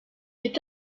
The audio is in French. est